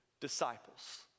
Disciples